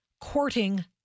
courting